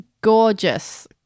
gorgeous